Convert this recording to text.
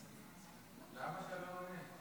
למה אתה לא עונה?